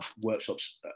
workshops